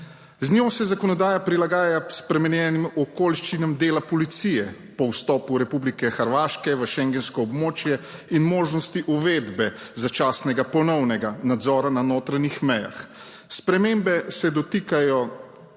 Z njo se zakonodaja prilagaja spremenjenim okoliščinam dela policije po vstopu Republike Hrvaške v schengensko območje in možnosti uvedbe začasnega ponovnega nadzora na notranjih mejah. Spremembe se dotikajo